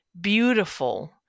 beautiful